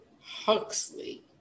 Huxley